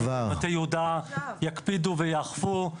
מטה יהודה יקפידו ויאכפו,